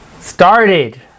started